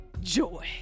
joy